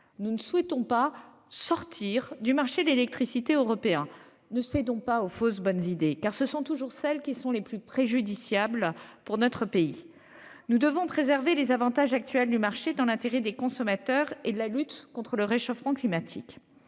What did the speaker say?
nous ne souhaitons pas sortir du marché européen de l'électricité. Ne cédons pas aux fausses bonnes idées, car ce sont toujours les plus nocives pour notre pays. Ainsi, nous devons préserver les avantages actuels du marché, dans l'intérêt des consommateurs et de la lutte contre le réchauffement climatique.